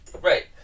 Right